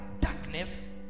darkness